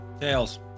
tails